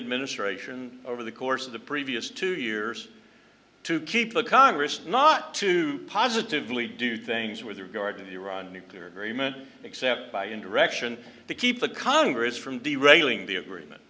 administration over the course of the previous two years to keep the congress not to positively do things with regard to the iran nuclear agreement except by indirection to keep the congress from the railing the agreement